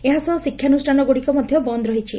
ଏହାସହ ଶିକ୍ଷାନୁଷ୍ଠାନଗୁଡ଼ିକ ମଧ ବନ୍ଦ ରହିଛି